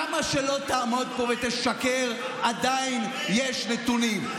כמה שלא תעמוד פה ותשקר, עדיין יש נתונים.